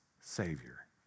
savior